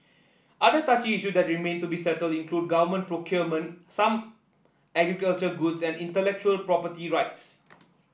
other touchy issue that remain to be settled include government procurement some agricultural goods and intellectual property rights